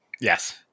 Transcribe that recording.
Yes